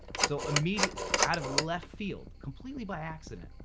so immediately, out of left field, completely by accident,